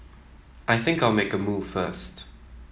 I think I'll make a move first